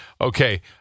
Okay